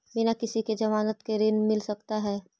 बिना किसी के ज़मानत के ऋण मिल सकता है?